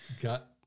got